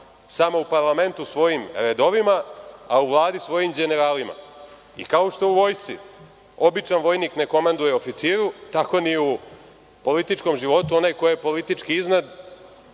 samo u parlamentu svojim redovima, a u Vladi svojim đeneralima. Kao što je u vojsci, običan vojnik ne komanduje oficiru, tako ni u političkom životu onaj ko je politički iznad